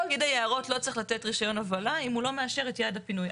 פקיד היערות לא צריך לתת רישיון הובלה אם הוא לא מאשר את יעד הפינוי.